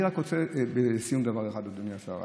אני רק רוצה לסיום דבר אחד, אדוני השר.